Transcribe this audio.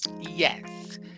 Yes